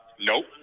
Nope